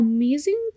Amazing